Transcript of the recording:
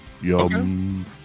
Yum